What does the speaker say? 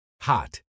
Hot